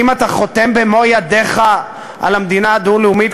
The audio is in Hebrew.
האם אתה חותם במו-ידיך על המדינה הדו-לאומית,